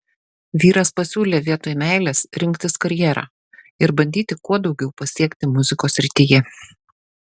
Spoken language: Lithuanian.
vyras pasiūlė vietoj meilės rinktis karjerą ir bandyti kuo daugiau pasiekti muzikos srityje